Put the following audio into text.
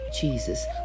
jesus